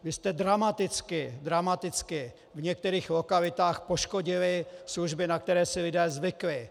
Vy jste dramaticky v některých lokalitách poškodili služby, na které si lidé zvykli.